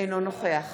אינו נוכח